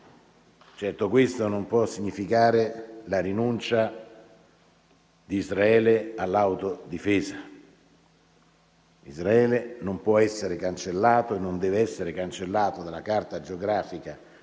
Certo, questo non può significare la rinuncia di Israele all'autodifesa. Israele non può e non deve essere cancellato dalla carta geografica,